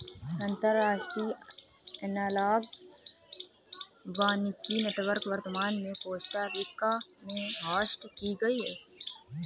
अंतर्राष्ट्रीय एनालॉग वानिकी नेटवर्क वर्तमान में कोस्टा रिका में होस्ट की गयी है